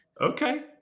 Okay